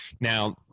Now